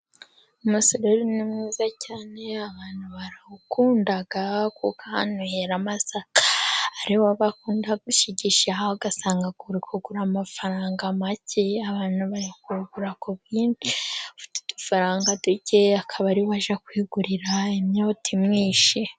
Umusuru ni mwiza cyane. Abantu barawukunda kuko ahantu hera amasaka ,ari wo bakunda gushigisha, ugasanga uri kugura amafaranga make, abantu bari kuwugura ku bwinshi. Ufite udufaranga dukeya akaba ari wo ajya kwigurira imyoti imwishe.